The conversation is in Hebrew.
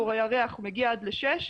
מגיע עד ל-6,